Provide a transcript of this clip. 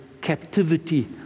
captivity